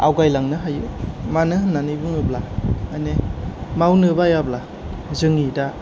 आवगायलांनो हायो मानो होननानै बुङोब्ला माने मावनो बायाब्ला जोंनि दा